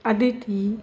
Aditi